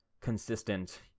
consistent